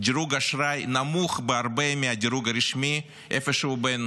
דירוג אשראי נמוך בהרבה מהדירוג הרשמי, איפשהו בין